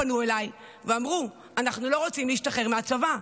פנוי אליי ואמרו: אנחנו לא רוצים להשתחרר מהצבא,